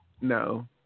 no